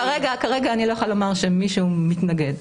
כרגע אני לא יכולה לומר שמישהו מתנגד.